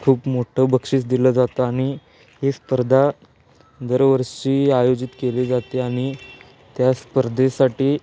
खूप मोठं बक्षीस दिलं जातं आणि हे स्पर्धा दरवर्षी आयोजित केली जाते आणि त्या स्पर्धेसाठी